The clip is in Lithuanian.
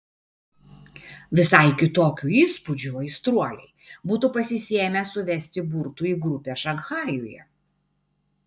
visai kitokių įspūdžių aistruoliai būtų pasisėmę suvesti burtų į grupę šanchajuje